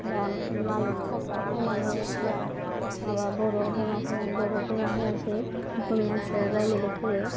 दा मालिग फासाव फैनानै बेयाव माबा बर' बुङाखै आं बर' बुंनो हायासै अक'मिआसो रायलायबाय थायो